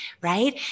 right